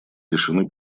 лишены